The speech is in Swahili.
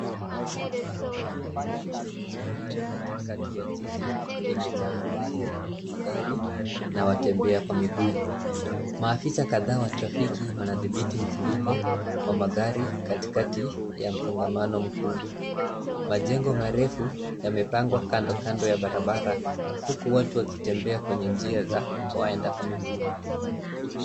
Barabara yenye shughuli nyingi katika jiji imejaa mabasi, magari na watembea kwa miguu, maafisa kadhaa wa trafiki wanadhibiti mzunguko wa magari katikati ya msongamano mkubwa ,majengo marefu yamepangwa kando kando ya barabara huku watu wakitembea kwenye njia za waenda kwa miguu.